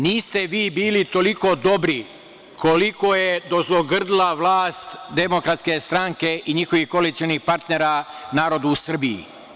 Niste vi bili toliko dobri koliko je dozlogrdila vlast DS i njihovih koalicionih partnera narodu u Srbiji.